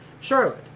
Charlotte